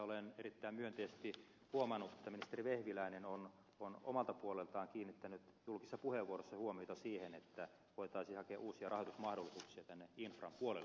olen erittäin myönteisesti huomannut että ministeri vehviläinen on omalta puoleltaan kiinnittänyt julkisissa puheenvuoroissaan huomiota siihen että voitaisiin hakea uusia rahoitusmahdollisuuksia tänne infran puolelle